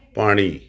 ਪਾਣੀ